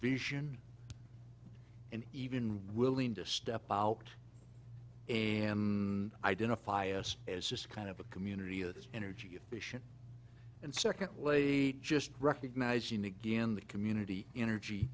vision and even willing to step out and identify us as this kind of a community of energy efficient and secondly just recognizing again the community energy